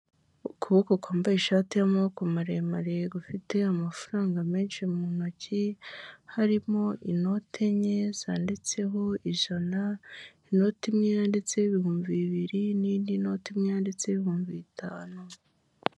Ukuboko kwambaye ishati y'amaboko maremare gufite amafaranga menshi mu ntoki, harimo inote enye zanditseho ijana, inoti imwe yanditseho ibihumbi bibiri n'indi noti imwe yanditseho ibihumbi bitanu.